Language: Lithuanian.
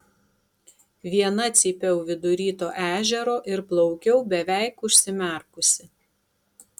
viena cypiau vidury to ežero ir plaukiau beveik užsimerkusi